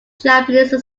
japanese